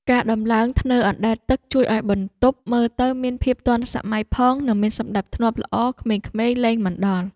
ការដំឡើងធ្នើរអណ្តែតទឹកជួយឱ្យបន្ទប់មើលទៅមានភាពទាន់សម័យផងនិងមានសណ្តាប់ធ្នាប់ល្អក្មេងៗលេងមិនដល់។